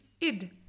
id